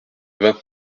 vingt